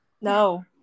No